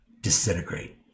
disintegrate